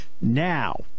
now